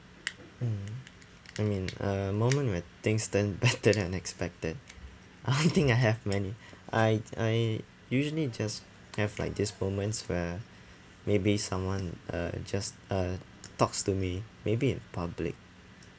mm I mean uh moment where things turned better than unexpected I don't think I have many I I usually just have like this moments where maybe someone uh just uh talks to me maybe in public